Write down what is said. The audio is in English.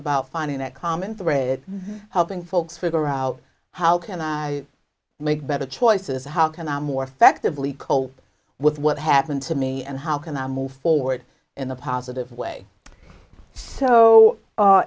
about finding that common thread helping folks figure out how can i make better choices how can i more effectively cope with what happened to me and how can i move forward in a positive way so